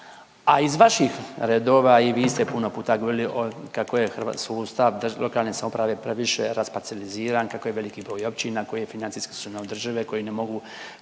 a iz vaših redova i vi ste puno puta govorili o, kako je sustav lokalne samouprave previše rasparceliziran, kako je veliki broj općina koje financijski su neodržive, koje ne mogu,